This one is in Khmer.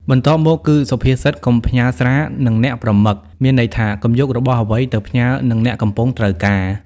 បន្ទាប់មកគឺ សុភាសិតកុំផ្ញើស្រានិងអ្នកប្រមឹក មានន័យថា កុំយករបស់អ្វីទៅផ្ញើនឹងអ្នកកំពុងត្រូវការ ។